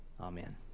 Amen